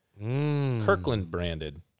Kirkland-branded